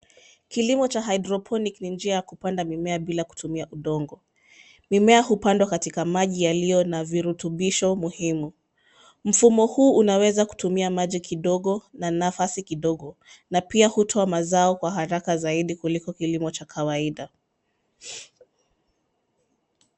Kilimo cha hydroponic ni njia ya kupanda mimea bila kutumia udongo. Mimea hupandwa katika maji yaliyo na virutubisho muhimu. Mfumo huu unaweza kutumia maji kidogo na nafasi kidogo na pia hutoa mazao kwa haraka zaidi kuliko kilimo cha kawaida.